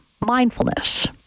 mindfulness